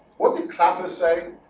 what it clap is saying a